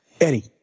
eddie